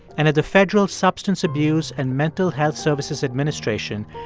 and at the federal substance abuse and mental health services administration,